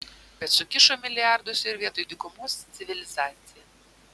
bet sukišo milijardus ir vietoj dykumos civilizacija